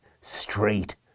straight